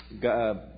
God